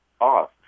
off